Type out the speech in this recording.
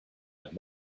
but